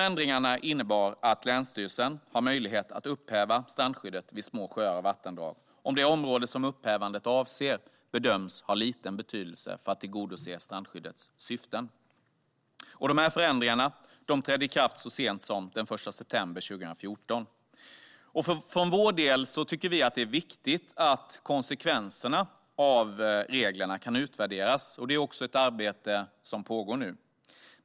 Ändringarna innebär att länsstyrelsen har möjlighet att upphäva strandskyddet vid små sjöar och vattendrag om det område som upphävandet avser bedöms ha liten betydelse för att tillgodose strandskyddets syften. De här förändringarna trädde i kraft så sent som den 1 september 2014. För vår del tycker vi att det är viktigt att konsekvenserna av reglerna kan utvärderas, och det arbetet pågår nu.